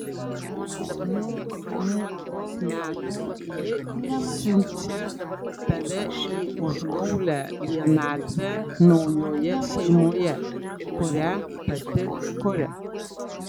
nuo vienuolikos metų ji išsiunčia tave į užgaulią vienatvę naujoje šeimoje kurią pati kuria